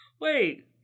Wait